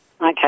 Okay